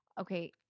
okay